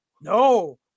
No